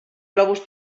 globus